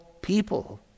people